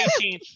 18th